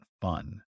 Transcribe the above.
fun